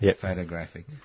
photographic